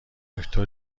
دکتر